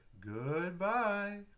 Goodbye